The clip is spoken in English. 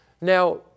Now